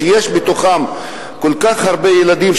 שיש בתוכן כל כך הרבה ילדים,